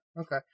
Okay